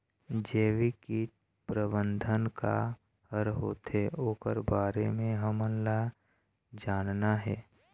जैविक कीट प्रबंधन का हर होथे ओकर बारे मे हमन ला जानना हे?